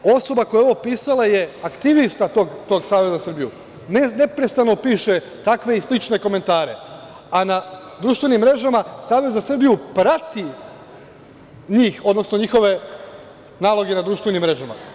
Osoba koja je ovo pisala je aktivista tog Saveza za Srbiju, neprestano piše takve i slične komentare, a na društvenim mrežama Savez za Srbiju prati njih, odnosno njihove naloge na društvenim mrežama.